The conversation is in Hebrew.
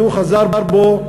והוא חזר בו,